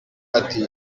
ati